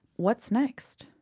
what's next?